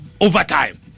overtime